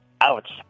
Ouch